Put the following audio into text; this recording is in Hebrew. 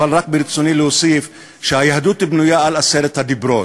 אבל רק ברצוני להוסיף שהיהדות בנויה על עשרת הדיברות.